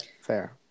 fair